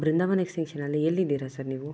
ಬೃಂದಾವನ ಎಕ್ಸಿನ್ಷನಲ್ಲಿ ಎಲ್ಲಿದ್ದೀರಾ ಸರ್ ನೀವು